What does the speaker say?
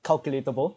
calculable